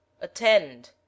Attend